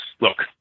look